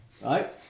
right